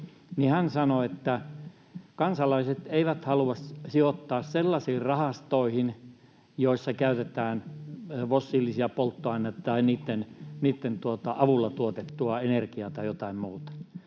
hän sanoi, että kansalaiset eivät halua sijoittaa sellaisiin rahastoihin, joissa käytetään fossiilisia polttoaineita tai niitten avulla tuotettua energiaa tai jotain muuta,